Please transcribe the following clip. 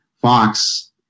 Fox